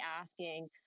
asking